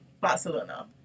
Barcelona